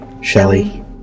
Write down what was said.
Shelley